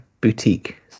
boutique